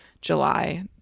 July